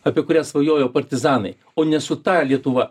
apie kurią svajojo partizanai o ne su ta lietuva